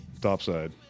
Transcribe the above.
Topside